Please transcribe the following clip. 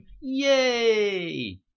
Yay